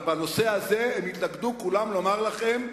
אבל, בנושא הזה הם התלכדו כולם לומר לכם: